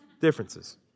differences